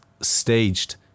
staged